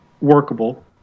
workable